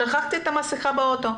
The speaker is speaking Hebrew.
שכחתי את המסכה ברכב,